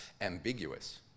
ambiguous